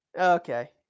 Okay